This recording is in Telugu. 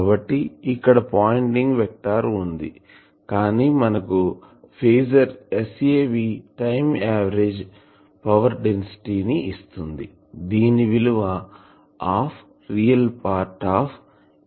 కాబట్టి ఇక్కడ పాయింటింగ్ వెక్టార్ వుంది కానీ మనకు phasor Sav time average power density ని ఇస్తుంది దీని విలువ12 re E x H ఉంటుంది